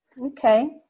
Okay